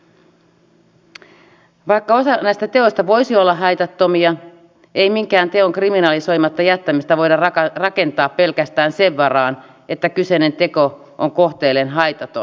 vaikka osa näistä teoista voisi olla haitattomia ei minkään teon kriminalisoimatta jättämistä voida rakentaa pelkästään sen varaan että kyseinen teko on kohteelleen haitaton